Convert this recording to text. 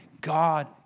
God